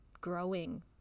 growing